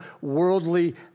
worldly